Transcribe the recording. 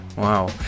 Wow